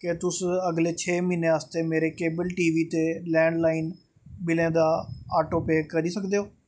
क्या तुस अगले छे म्हीनें आस्तै मेरे केबल टीवी ते लैंडलाइन बिल्लें दा आटो पेऽ करी सकदे ओ